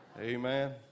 amen